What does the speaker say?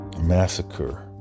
Massacre